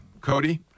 Cody